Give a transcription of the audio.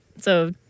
So-